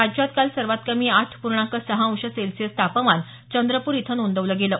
राज्यात काल सर्वात कमी आठ पूर्णांक सहा अंश सेल्सिअस तापमान चंद्रपूर इथं नोदवलं गेलं